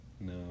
No